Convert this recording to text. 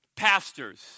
Pastors